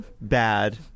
bad